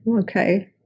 Okay